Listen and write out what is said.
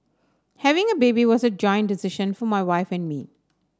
having a baby was a joint decision for my wife and me